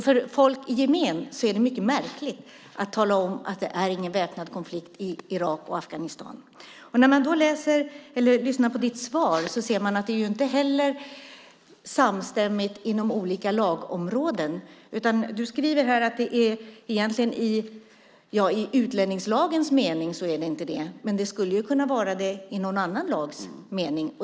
För folk i gemen är det märkligt att man påstår att det inte är någon väpnad konflikt i Irak eller Afghanistan. När man läser och lyssnar på utrikesministerns svar förstår man att det heller inte är samstämmigt mellan olika lagområden. Du skriver att det inte är någon väpnad konflikt i utlänningslagens mening, men det skulle kunna vara det i någon annan lags mening.